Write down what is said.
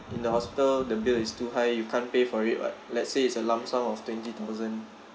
in the hospital the bill is too high you can't pay for it [what] let's say it's a lump sum of twenty thousand